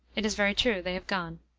it is very true they have gone.